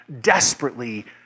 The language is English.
desperately